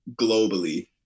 globally